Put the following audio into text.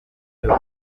byose